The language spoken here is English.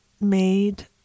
made